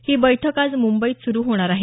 ही बैठक आज मुंबईत सुरु होणार आहे